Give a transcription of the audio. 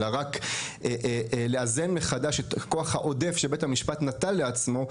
אלא רק הולכת לאזן מחדש את הכוח העודף שבית המשפט נתן לעצמו,